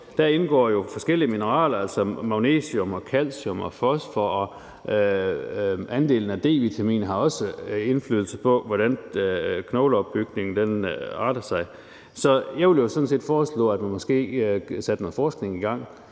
Der indgår jo forskellige mineraler, altså magnesium, calcium og fosfor, og andelen af D-vitamin har også indflydelse på, hvordan knogleopbygningen arter sig. Så jeg ville sådan set foreslå, at man satte noget forskning i gang